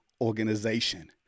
organization